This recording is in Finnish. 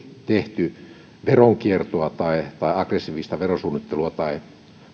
tehty veronkiertoa tai aggressiivista verosuunnittelua tai